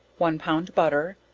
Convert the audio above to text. one pound butter,